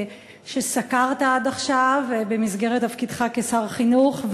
שסקרת עד עכשיו במסגרת תפקידך כשר החינוך,